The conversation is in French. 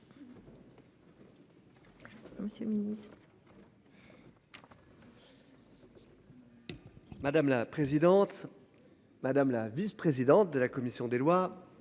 Madame la vice-présidente de la commission des lois.